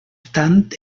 tant